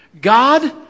God